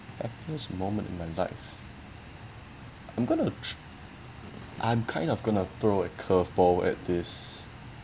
at this moment in my life I'm going to I'm kind of going to throw a curve ball at this